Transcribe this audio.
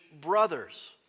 brothers